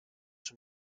from